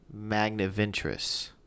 Magnaventris